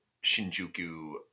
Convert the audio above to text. Shinjuku